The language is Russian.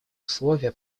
условия